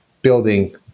building